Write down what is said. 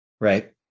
right